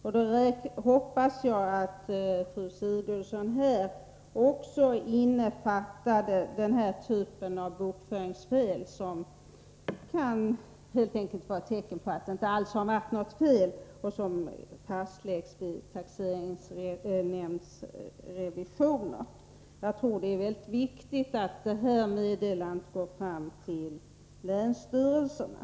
Jag hoppas att fru Sigurdsen då innefattade den typ av ”bokföringsbrister” som egentligen inte innebär att något fel har begåtts även om granskningen vid taxeringsnämndsrevisionerna gett detta vid handen. Det är, som jag ser det, väldigt viktigt att det här meddelandet går fram till länsstyrelserna.